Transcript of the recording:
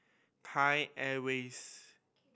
Thai Airways